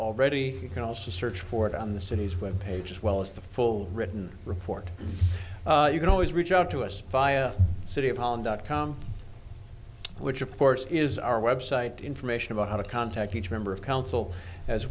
already you can also search for it on the city's with page as well as the full written report you can always reach out to us via city upon dot com which of course is our website information about how to contact each member of council as